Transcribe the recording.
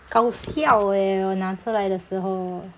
搞笑 eh 我拿出来的时候